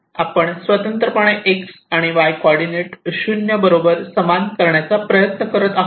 आपण स्वतंत्रपणे X आणि Y कॉर्डीनेट 0 बरोबर समान करण्याचा प्रयत्न करत आहोत